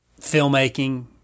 filmmaking